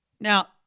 Now